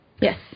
Yes